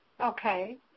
Okay